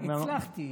הצלחתי.